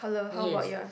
yes